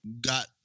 got—